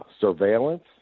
surveillance